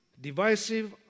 divisive